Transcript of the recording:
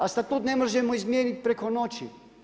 A statut ne možemo izmijeniti preko noći.